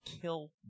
kill